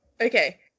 Okay